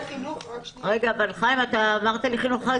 רגע, חיים, אתה עברת על החינוך.